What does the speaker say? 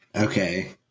Okay